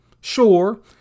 Sure